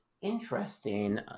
interesting